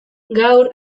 gaur